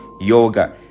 yoga